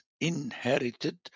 inherited